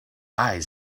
eyes